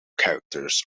characters